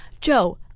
Joe